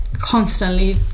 constantly